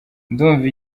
ndumva